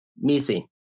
missing